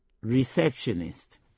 Receptionist